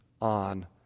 on